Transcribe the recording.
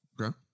Okay